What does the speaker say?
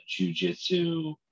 jujitsu